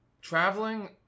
Traveling